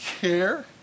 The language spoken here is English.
care